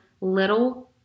Little